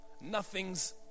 Nothing's